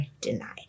denied